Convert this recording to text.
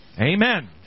Amen